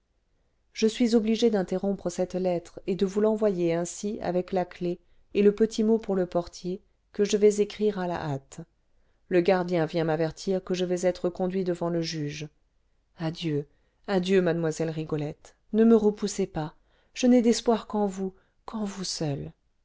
je suis obligé d'interrompre cette lettre et de vous l'envoyer ainsi avec la clef et le petit mot pour le portier que je vais écrire à la hâte le gardien vient m'avertir que je vais être conduit devant le juge adieu adieu mademoiselle rigolette ne me repoussez pas je n'ai d'espoir qu'en vous qu'en vous seule